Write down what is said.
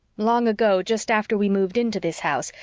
long ago, just after we moved into this house,